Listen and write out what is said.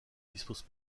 dispose